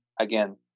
again